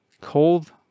cold